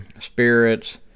spirits